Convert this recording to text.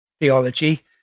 theology